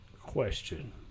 Question